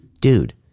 dude